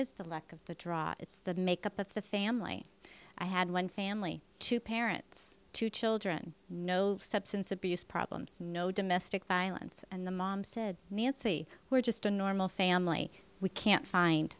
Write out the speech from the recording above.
is the lack of the drive it's the make up of the family i had one family two parents two children no substance abuse problems no domestic violence and the mom said nancy we're just a normal family we can't find